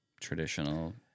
traditional